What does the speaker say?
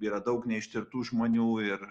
yra daug neištirtų žmonių ir